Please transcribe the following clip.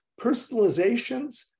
personalizations